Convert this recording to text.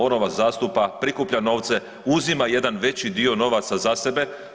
Ono vas zastupa, prikuplja novce, uzima jedan veći dio novaca za sebe.